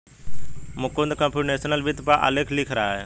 Mukund computational वित्त पर आलेख लिख रहा है